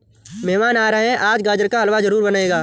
मेहमान आ रहे है, आज गाजर का हलवा जरूर बनेगा